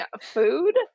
food